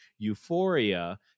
Euphoria